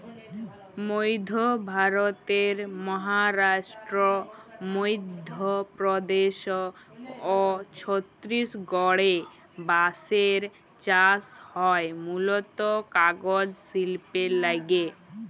মইধ্য ভারতের মহারাস্ট্র, মইধ্যপদেস অ ছত্তিসগঢ়ে বাঁসের চাস হয় মুলত কাগজ সিল্পের লাগ্যে